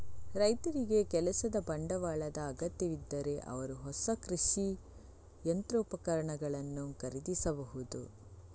ರೈತರಿಗೆ ಕೆಲಸದ ಬಂಡವಾಳದ ಅಗತ್ಯವಿದ್ದರೆ ಅವರು ಹೊಸ ಕೃಷಿ ಯಂತ್ರೋಪಕರಣಗಳನ್ನು ಖರೀದಿಸಬಹುದು